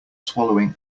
swallowing